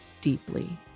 deeply